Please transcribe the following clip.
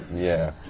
yeah.